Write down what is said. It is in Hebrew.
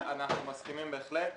אדוני, אנחנו מסכימים בהחלט.